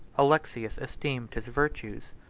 alexius esteemed his virtues,